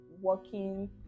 working